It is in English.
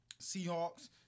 Seahawks